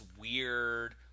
weird